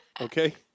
okay